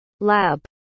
lab